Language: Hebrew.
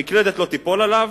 המקלדת לא תיפול עליו,